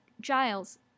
Giles